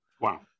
Wow